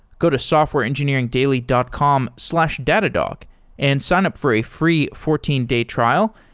go to softwareengineeringdaily dot com slash datadog and sign up for a free fourteen day trial,